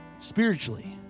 spiritually